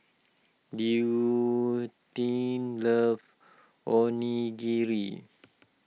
Leontine loves Onigiri